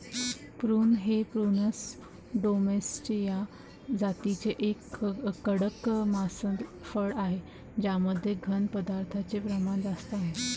prune हे prunus domestica जातीचे एक कडक मांसल फळ आहे ज्यामध्ये घन पदार्थांचे प्रमाण जास्त असते